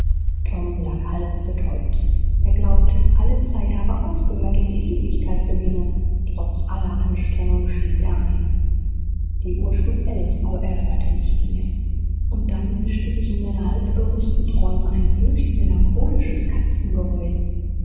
tom lag halb betäubt er glaubte alle zeit habe aufgehört und die ewigkeit beginne trotz aller anstrengung schlief er ein die uhr schlug elf aber er hörte nichts mehr und dann mischte sich in seine halbbewußten träume ein höchst melancholisches katzengeheul